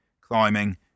climbing